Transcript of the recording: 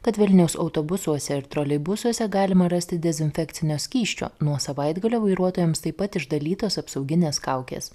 kad vilniaus autobusuose ir troleibusuose galima rasti dezinfekcinio skysčio nuo savaitgalio vairuotojams taip pat išdalytos apsaugines kaukės